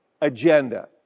agenda